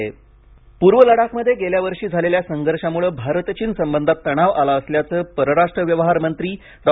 चीन पूर्व लडाखमध्ये गेल्या वर्षी झालेल्या संघर्षामुळे भारत चीन संबंधात तणाव आला असल्याचं परराष्ट्र व्यवहार मंत्री डॉ